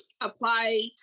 Apply